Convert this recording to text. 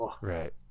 Right